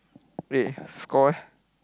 eh score eh